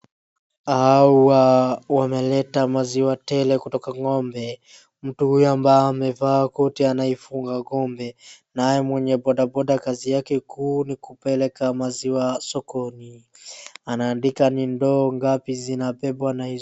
Hawa wameleta maziwa tele kutoka ng'ombe. Mtu huyo ambao amevaa koti anaifuga ng'ombe naye mwenye bodaboda kazi yake kuu ni kupeleka maziwa sokoni. Anaandika ni ndoo gapi zinabebwa na hizo...